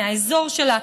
מהאזור שלה,